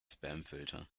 spamfilter